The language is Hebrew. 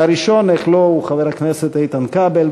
והראשון, איך לא, הוא חבר הכנסת איתן כבל.